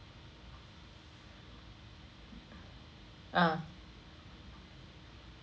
ah